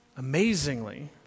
Amazingly